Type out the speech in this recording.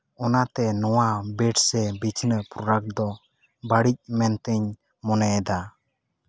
ᱚᱱᱟᱛᱮ ᱱᱚᱣᱟ ᱵᱮᱰ ᱥᱮ ᱵᱤᱪᱷᱱᱟᱹ ᱯᱨᱚᱰᱟᱠᱴ ᱫᱚ ᱵᱟᱹᱲᱤᱡ ᱢᱮᱱᱛᱮᱧ ᱢᱚᱱᱮᱭᱮᱫᱟ